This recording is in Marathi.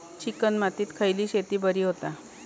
चिकण मातीत खयली शेती बरी होता?